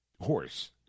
horse